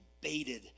baited